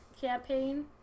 campaign